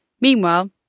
Meanwhile